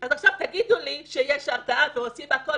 אז עכשיו תגידו לי שיש הרתעה ועושים הכול